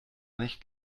nicht